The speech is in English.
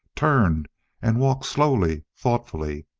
turned and walked slowly, thoughtfully,